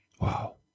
Wow